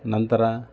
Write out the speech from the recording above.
ನಂತರ